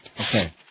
Okay